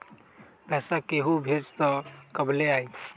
पैसा केहु भेजी त कब ले आई?